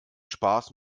spaß